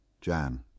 Jan